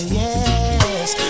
yes